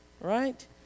right